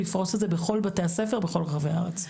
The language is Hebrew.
לפרוש את זה בכל בתי הספר בכל רחבי הארץ.